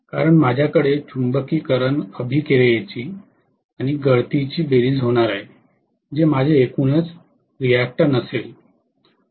कारण माझ्याकडे चुंबकीकरण अभिक्रियेची आणि गळती ची बेरीज होणार आहे जे माझे एकूणच रियाक्टन्ट असेल